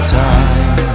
time